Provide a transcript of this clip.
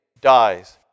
dies